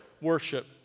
worship